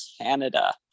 Canada